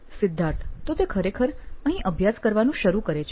સિદ્ધાર્થ તો તે ખરેખર અહીં અભ્યાસ કરવાનું શરૂ કરે છે